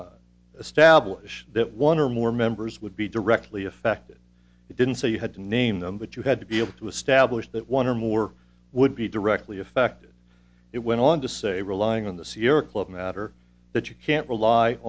to establish that one or more members would be directly affected you didn't say you had to name them but you had to be able to establish that one or more would be directly affected it went on to say relying on the sierra club matter that you can't rely